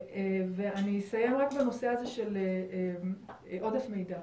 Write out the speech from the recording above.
אסיים בנושא הזה של עודף מידע.